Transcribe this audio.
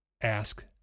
ask